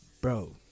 bro